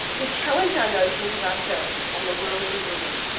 who challenge our notions of ourselves and the world we live in.